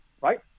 right